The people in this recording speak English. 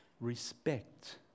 respect